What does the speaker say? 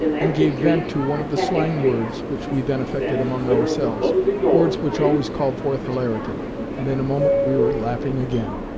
and gave vent to one of the slang words which we then affected among ourselves words which always called forth hilarity and in a moment we were laughing again.